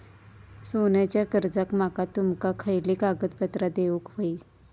सोन्याच्या कर्जाक माका तुमका खयली कागदपत्रा देऊक व्हयी?